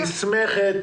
נסמכת